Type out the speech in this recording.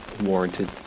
warranted